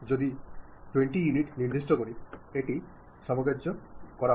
তারপরে যদি আমি 20 ইউনিট নির্দিষ্ট করি এটি সামঞ্জস্য করা হয়